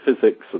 physics